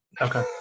okay